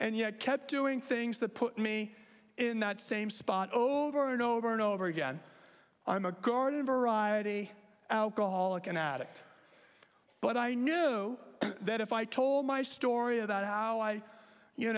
and yet kept doing things that put me in that same spot over and over and over again i'm a garden variety dollars an addict but i knew that if i told my story about how i you